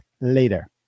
later